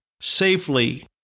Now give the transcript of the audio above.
safely